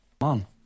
Mom